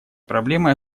проблемой